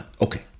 Okay